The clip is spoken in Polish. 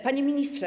Panie Ministrze!